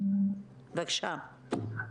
בבקשה.